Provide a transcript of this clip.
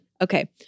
Okay